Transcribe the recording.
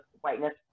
whiteness